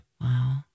Wow